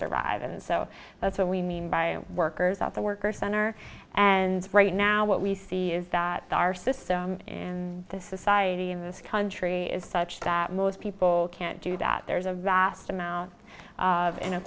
survive and so that's what we mean by workers out the worker center and right now what we see is that our system in the society in this country is such that most people can't do that there's a vast amount of in